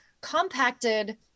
compacted